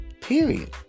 period